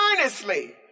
earnestly